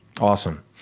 Awesome